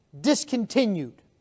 discontinued